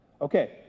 okay